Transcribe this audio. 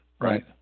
Right